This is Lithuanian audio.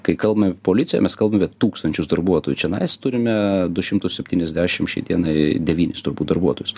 kai kalbame apie policiją mes kalbame apie tūkstančius darbuotojų čionais turime du šimtus septyniasdešim šiai dienai devynis turbūt darbuotojus